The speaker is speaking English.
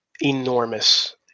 enormous